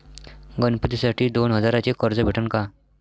गणपतीसाठी दोन हजाराचे कर्ज भेटन का?